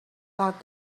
thought